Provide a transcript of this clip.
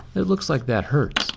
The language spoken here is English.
it looks like that hurts.